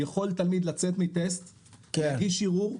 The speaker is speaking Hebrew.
יכול תלמיד לצאת מטסט ולהגיש ערעור,